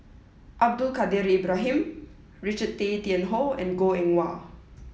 Abdul Kadir Ibrahim Richard Tay Tian Hoe and Goh Eng Wah